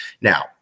Now